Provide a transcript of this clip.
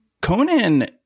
Conan